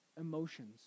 emotions